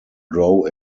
grow